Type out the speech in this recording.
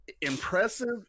impressive